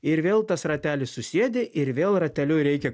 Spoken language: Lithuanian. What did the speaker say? ir vėl tas ratelis susėdi ir vėl rateliu reikia